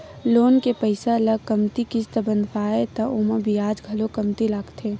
loan के पइसा ल कमती किस्त बंधवाबे त ओमा बियाज घलो कमती लागथे